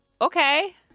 okay